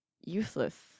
useless